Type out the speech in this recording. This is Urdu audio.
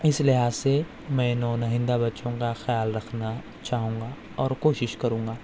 اِس لحاظ سے میں نونہندہ بچوں کا خیال رکھنا چاہوں گا اور کوشش کروں گا